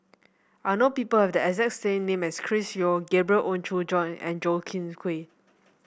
I know people who have the exact same name as Chris Yeo Gabriel Oon Chong Jin and Goh